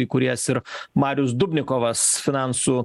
įkūrėjas ir marius dubnikovas finansų